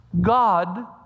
God